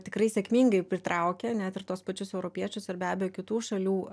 tikrai sėkmingai pritraukia net ir tuos pačius europiečius ir be abejo kitų šalių